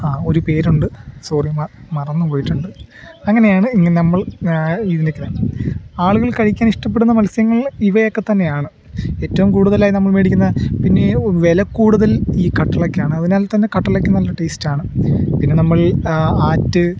ആ ഒരു പേരുണ്ട് സോറി മറന്നു പോയിട്ടുണ്ട് അങ്ങനെയാണ് നമ്മൾ ആളുകൾ കഴിക്കാൻ ഇഷ്ടപ്പെടുന്ന മത്സ്യങ്ങൾ ഇവയൊക്കെ തന്നെയാണ് ഏറ്റവും കൂടുതലായി നമ്മൾ മേടിക്കുന്ന പിന്നെ വില കൂടുതൽ ഈ കട്ടിളക്കാണ് അതിനാൽ തന്നെ കട്ടിളയ്ക്ക് നല്ല ടേസ്റ്റാണ് പിന്നെ നമ്മൾ ആറ്റ്